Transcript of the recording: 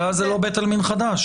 אבל אז זה לא בית עלמין חדש,